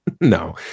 no